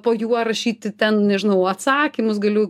po juo rašyti ten nežinau atsakymus galiu